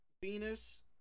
Venus